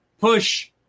push